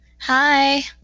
Hi